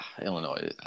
Illinois